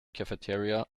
cafeteria